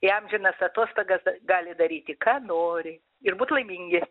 į amžinas atostogas gali daryti ką nori ir būt laimingi